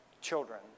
children